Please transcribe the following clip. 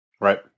Right